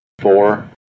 four